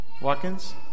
Watkins